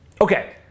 Okay